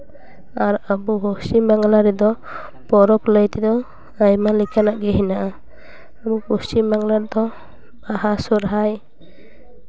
ᱟᱨ ᱟᱵᱚ ᱯᱚᱥᱪᱷᱤᱢ ᱵᱟᱝᱞᱟ ᱨᱮᱫᱚ ᱯᱚᱨᱚᱵᱽ ᱞᱟᱹᱭ ᱛᱮᱫᱚ ᱟᱭᱢᱟ ᱞᱮᱠᱟᱱᱟᱜ ᱜᱮ ᱦᱮᱱᱟᱜᱼᱟ ᱟᱵᱚ ᱯᱚᱥᱪᱤᱢ ᱵᱟᱝᱞᱟ ᱨᱮᱫᱚ ᱵᱟᱦᱟ ᱥᱚᱦᱨᱟᱭ